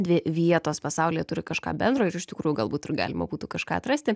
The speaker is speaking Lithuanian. dvi vietos pasaulyje turi kažką bendro ir iš tikrųjų galbūt ir galima būtų kažką atrasti